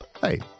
Hey